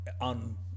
on